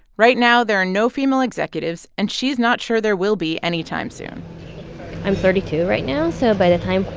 right now, there are no female executives, and she's not sure there will be anytime soon i'm thirty two right now. so by the time,